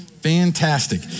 fantastic